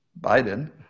Biden